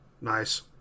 Nice